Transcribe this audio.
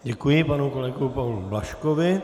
Děkuji panu kolegu Pavlu Blažkovi.